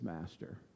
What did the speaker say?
master